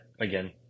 again